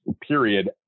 period